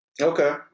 Okay